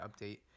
update